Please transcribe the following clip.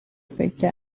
سکه